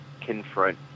confront